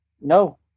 No